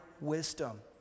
wisdom